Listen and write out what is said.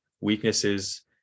weaknesses